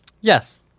yes